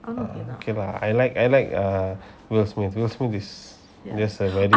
okay lah I like I like uh will smith will smith is there's a very